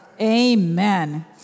Amen